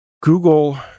Google